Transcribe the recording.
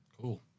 cool